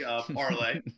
parlay